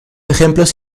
ejemplos